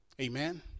amen